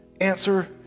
Answer